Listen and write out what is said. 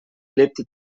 lebte